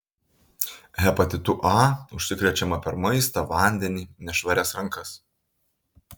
hepatitu a užsikrečiama per maistą vandenį nešvarias rankas